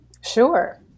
Sure